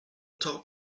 top